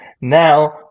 Now